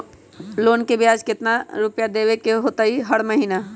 Loan के ब्याज कितना रुपैया देबे के होतइ हर महिना?